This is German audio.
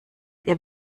ihr